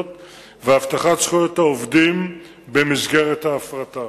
והבטחת זכויות העובדים במסגרת ההפרטה.